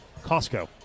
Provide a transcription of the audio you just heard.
Costco